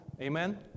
Amen